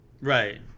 right